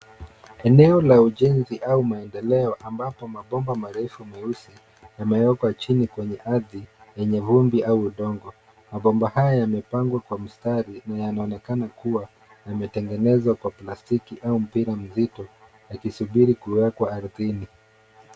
Eneo la ujenzi au maendeleo ambapo mabomba marefu meusi yamewekwa chini kwenye ardhi lenye vumbi au udongo. Mabomba haya yamepangwa kwa mstari na yanaonekana kuwa yametengenezwa kwa plastiki au mpira mzito, yakisubiri kuwekwa ardhini.